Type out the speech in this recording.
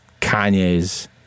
Kanye's